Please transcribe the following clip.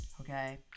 okay